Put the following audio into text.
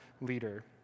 leader